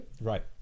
Right